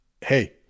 Hey